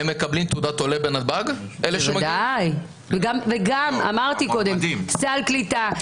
בשבת לקחתי הלוואה מבית קזינו.